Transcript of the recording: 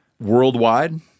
Worldwide